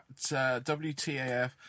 WTAF